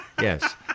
Yes